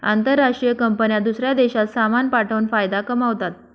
आंतरराष्ट्रीय कंपन्या दूसऱ्या देशात सामान पाठवून फायदा कमावतात